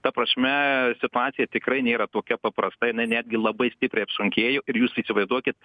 ta prasme situacija tikrai nėra tokia paprasta jinai netgi labai stipriai apsunkėjo ir jūs įsivaizduokit